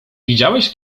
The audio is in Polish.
widziałeś